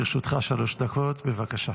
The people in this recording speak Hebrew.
לרשותך שלוש דקות, בבקשה.